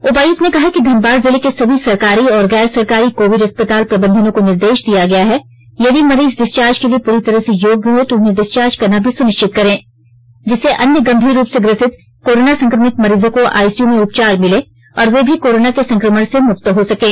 उपायुक्त ने कहा कि धनबाद जिले के सभी सरकारी और गैर सरकारी कोविड अस्पताल प्रबंधनों को निर्देश दिया है यदि मरीज डिस्चार्ज के लिए पूरी तरह से योग्य हो तो उन्हें डिस्वार्ज करना भी सुनिश्चित करें जिससे अन्य गंभीर रूप से ग्रसित कोरोना संक्रमित मरीजों को आईसीयू में उपचार मिले और वे भी कोरोना के संक्रमण से मुक्त हो सकें